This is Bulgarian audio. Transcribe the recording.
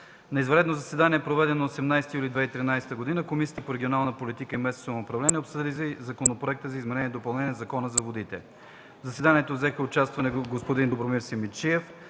На извънредно заседание, проведено на 18 юли 2013 г., Комисията по регионална политика и местно самоуправление обсъди Законопроекта за изменение и допълнение на Закона за водите. В заседанието взеха участие господин Добромир Симидчиев